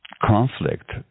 conflict